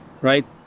right